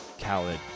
Khaled